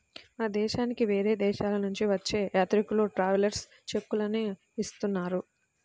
మన దేశానికి వేరే దేశాలనుంచి వచ్చే యాత్రికులు ట్రావెలర్స్ చెక్కులనే ఇస్తున్నారు